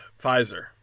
Pfizer